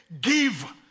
give